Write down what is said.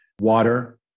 water